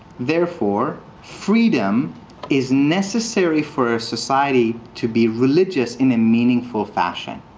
therefore, freedom is necessary for a society to be religious in a meaningful fashion.